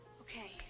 Okay